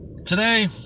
Today